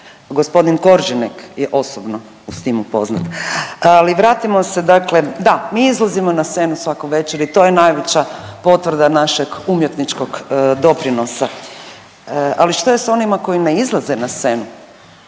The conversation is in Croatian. tome, g. Koržinek je osobno s tim upoznat, ali vratimo se dakle, da mi izlazimo na scenu svaku večer i to je najveća potvrda našeg umjetničkog doprinosa, ali šta je s onima koji ne izlaze na scenu?